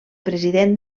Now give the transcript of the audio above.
president